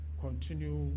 continue